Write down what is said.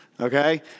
Okay